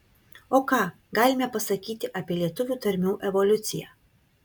o ką galime pasakyti apie lietuvių tarmių evoliuciją